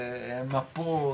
מפות,